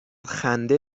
خنده